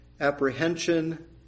apprehension